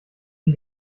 die